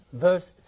verse